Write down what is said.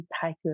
tiger